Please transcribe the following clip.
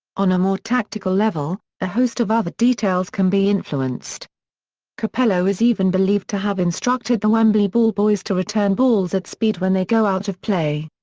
on a more tactical level, a host of other details can be influenced capello is even believed to have instructed the wembley ball boys to return balls at speed when they go out of play.